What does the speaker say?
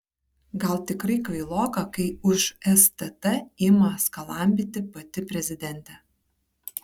gal tikrai kvailoka kai už stt ima skalambyti pati prezidentė